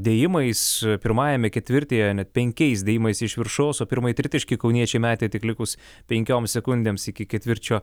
dėjimais pirmajame ketvirtyje net penkiais dėjimais iš viršaus o pirmąjį tritaškį kauniečiai metė tik likus penkioms sekundėms iki ketvirčio